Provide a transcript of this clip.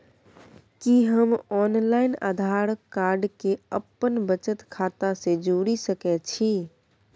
कि हम online Aadhaar card के अपन बचत खाता से जोरि सकै छी?